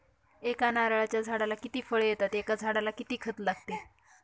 एका नारळाच्या झाडाला किती फळ येतात? एका झाडाला किती खत लागते?